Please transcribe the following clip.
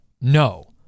no